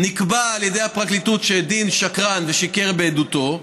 נקבע על ידי הפרקליטות שדין שקרן, ושיקר בעדותו,